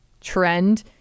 trend